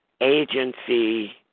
agency